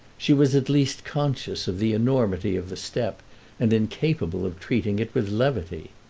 she was at least conscious of the enormity of the step and incapable of treating it with levity.